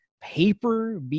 Paper